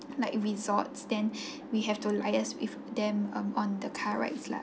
like resort then we have to liaise with them um on car rides lah